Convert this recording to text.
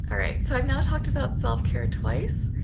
um right. so i've now talked about self care twice